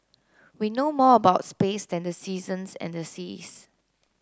we know more about space than the seasons and the seas